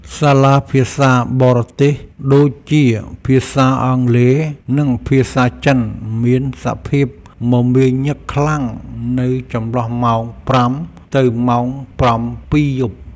សាលាភាសាបរទេសដូចជាភាសាអង់គ្លេសនិងភាសាចិនមានសភាពមមាញឹកខ្លាំងនៅចន្លោះម៉ោងប្រាំទៅម៉ោងប្រាំពីរយប់។